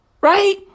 Right